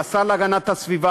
והשר להגנת הסביבה,